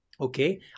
Okay